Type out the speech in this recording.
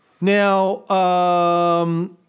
Now